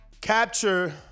capture